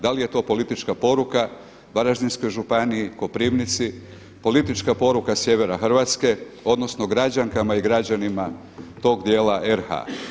Da li je to politička poruka Varaždinskoj županiji, Koprivnici, politička poruka sjevera Hrvatske odnosno građankama i građanima tog dijela RH?